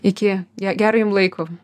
iki ge gero jum laiko